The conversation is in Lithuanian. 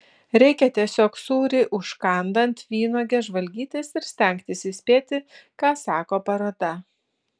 reikia tiesiog sūrį užkandant vynuoge žvalgytis ir stengtis įspėti ką sako paroda